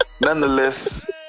Nonetheless